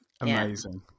Amazing